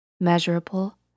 measurable